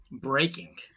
breaking